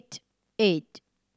eight